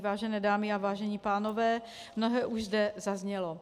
Vážené dámy a vážení pánové, mnohé už zde zaznělo.